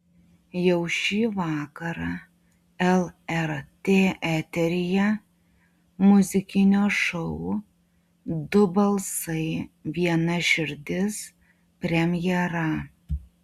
jau šį vakarą lrt eteryje muzikinio šou du balsai viena širdis premjera